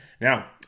Now